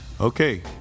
Okay